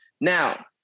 Now